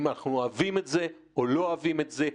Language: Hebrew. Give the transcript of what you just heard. אם אנחנו אוהבים את זה או לא אוהבים את זה,